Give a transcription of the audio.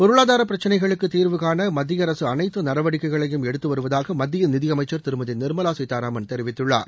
பொருளாதாரப் பிரச்சினைகளுக்குத் தீர்வுகாண மத்திய அரசு அனைத்து நடவடிக்கைகளையும் எடுத்து வருவதாக மத்திய நிதியமைச்சர் திருமதி நிர்மலா சீதாராமன் தெரிவித்துள்ளார்